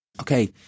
Okay